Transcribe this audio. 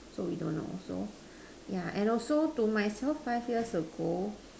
so we don't know so yeah and also to myself five years ago